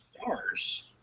Stars